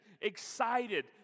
excited